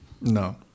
No